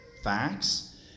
facts